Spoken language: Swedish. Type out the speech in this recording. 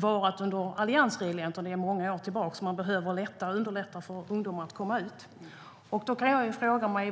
före alliansregeringen. Vi behöver därför underlätta för unga att komma ut på arbetsmarknaden.